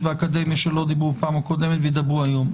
ומהאקדמיה שלא דיברו בפעם הקודמת וידברו היום.